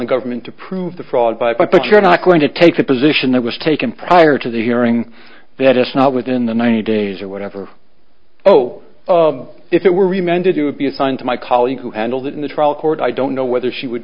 the government to prove the fraud by but you're not going to take the position that was taken prior to the hearing that is not within the ninety days or whatever oh if it were amended it would be assigned to my colleague who handled it in the trial court i don't know whether she would